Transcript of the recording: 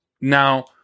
now